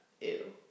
Ew